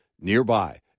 nearby